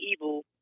evil